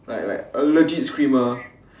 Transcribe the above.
like like a legit screamer